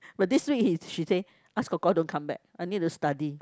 but this week he she said ask kor kor don't come back I need to study